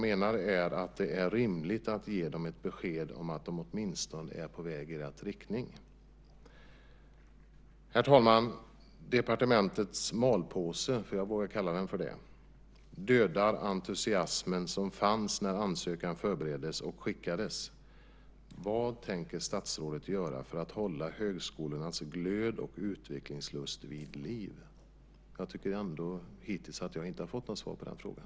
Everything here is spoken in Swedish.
Men det är rimligt att ge dem ett besked om att de åtminstone är på väg i rätt riktning. Herr talman! Departementets malpåse - jag vågar kalla den för det - dödar entusiasmen som fanns när ansökan förbereddes och skickades. Vad tänker statsrådet göra för att hålla högskolornas glöd och utvecklingslust vid liv? Hittills har jag inte fått något svar på den frågan.